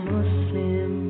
Muslim